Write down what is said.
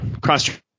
cross